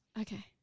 Okay